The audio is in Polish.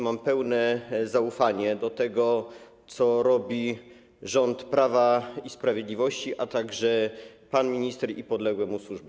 Mam pełne zaufanie do tego, co robi rząd Prawa i Sprawiedliwości, a także pan minister i podległe mu służby.